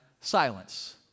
silence